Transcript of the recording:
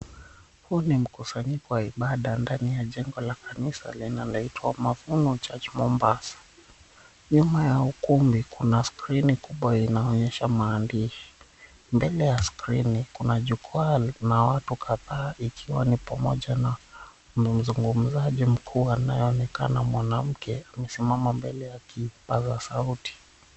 Huu ni mkusanyiko wa ibada ndani ya jengo la kanisa la aina laitwa Mavuno Church, Mombasa. Nyuma ya ukumbi kuna skrini kubwa inaonyesha maandishi. Mbele ya skirini kuna jukwaa liko na watu kadhaa ikiwa ni pamoja na mzungumzaji mkuu anayeonekana mwanamke, amesimama mbele ya kipaza sauti.